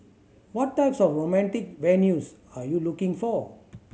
what types of romantic venues are you looking for